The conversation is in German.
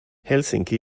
helsinki